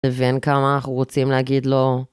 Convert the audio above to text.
לבין כמה אנחנו רוצים להגיד לו?